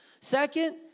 Second